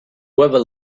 whoever